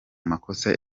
makosa